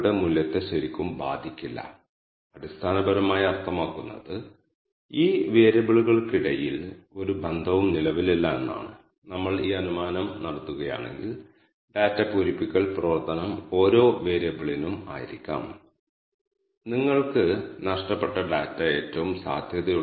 ഇത് മനസ്സിൽ വയ്ക്കുക കാരണം ഡാറ്റ മാട്രിക്സിലെ എല്ലാ വേരിയബിളുകളും ന്യൂമെറിക് വേരിയബിളുകൾ അല്ലെങ്കിൽ ഇന്റഗർ വേരിയബിളുകൾ ആയിറിക്കാൻ K means ആഗ്രഹിക്കുന്നു